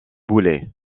boulay